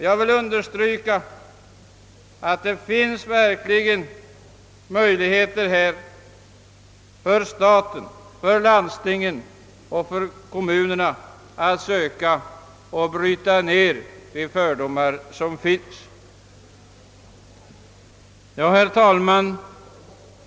Jag vill understryka att staten, landstingen och kommunerna verkligen kan gör en insats genom att söka bryta ned de fördomar som finns. Herr talman!